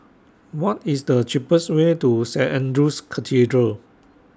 What IS The cheapest Way to Saint Andrew's Cathedral